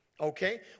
Okay